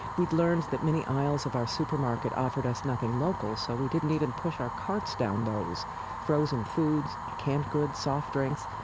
we'd learned that many aisles of our supermarket offered us nothing local, so we didn't even push our carts down those frozen foods, canned goods, soft drinks.